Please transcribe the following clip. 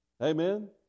amen